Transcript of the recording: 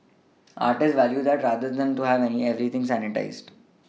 artists value that rather than to have everything sanitised